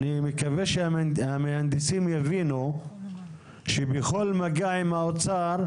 אני מקווה שהמהנדסים יבינו שבכל מגע עם האוצר,